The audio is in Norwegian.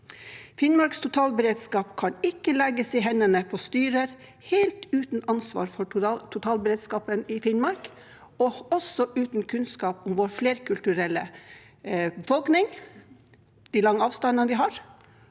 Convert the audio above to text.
Finnmarks totalberedskap kan ikke legges i hendene på styrer helt uten ansvar for totalberedskapen i Finnmark og uten kunnskap om vår flerkulturelle befolkning, de lange avstandene vi har,